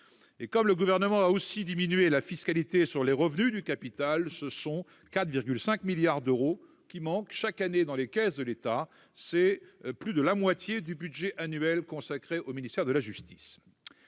Comme le Gouvernement a aussi diminué la fiscalité sur les revenus du capital, ce sont 4,5 milliards d'euros qui manquent chaque année dans les caisses de l'État, soit plus de la moitié du budget annuel du ministère de la justice.